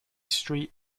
street